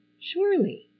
Surely